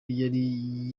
yari